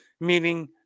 meaning